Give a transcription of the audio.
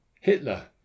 Hitler